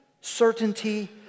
certainty